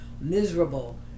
miserable